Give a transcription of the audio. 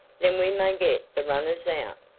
then we may get the runners out.